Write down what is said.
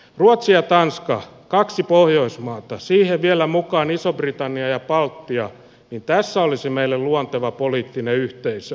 ruotsi ja tanska kaksi pohjoismaata siihen vielä mukaan iso britannia ja baltia tässä olisi meille luonteva poliittinen yhteisö